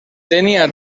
tenia